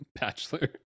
bachelor